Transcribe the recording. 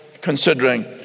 considering